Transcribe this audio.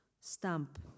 stamp